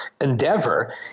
endeavor